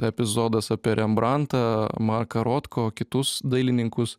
epizodas apie rembrantą marką rotko kitus dailininkus